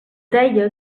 deia